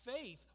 faith